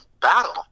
battle